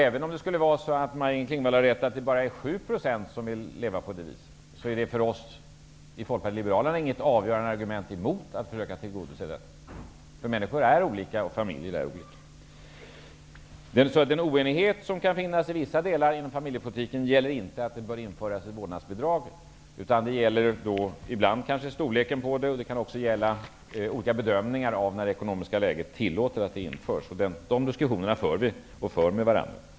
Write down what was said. Även om Maj-Inger Klingvall har rätt i att det bara är 7 % som vill ha vårdnadsbidrag, är detta för oss folkpartister inget avgörande argument emot att försöka tillgodose ett sådant önskemål. Människor och familjer är olika. Den oenighet som kan finnas om vissa delar inom familjepolitiken gäller alltså inte införandet av vårdnadsbidraget. Oenigheten kan däremot gälla storleken på bidraget eller olika bedömningar av när det ekonomiska läget medger ett införande av ett vårdnadsbidrag. Dessa diskussioner för vi med varandra.